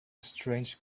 strange